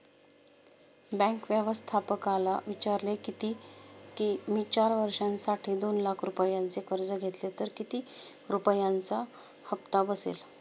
bank व्यवस्थापकाला विचारले किती की, मी चार वर्षांसाठी दोन लाख रुपयांचे कर्ज घेतले तर किती रुपयांचा हप्ता बसेल